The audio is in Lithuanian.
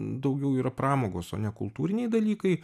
daugiau yra pramogos o ne kultūriniai dalykai